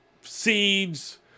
seeds